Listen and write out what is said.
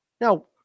now